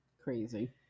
crazy